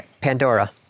Pandora